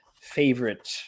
favorite